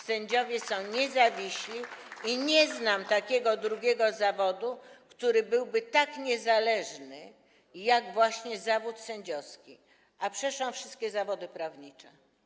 Sędziowie są niezawiśli i nie znam takiego drugiego zawodu, który byłby tak niezależny jak właśnie zawód sędziowski, a przeszłam wszystkie zawody prawnicze.